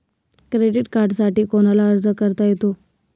Credit कार्डसाठी कोणाला अर्ज करता येतो?